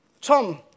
Tom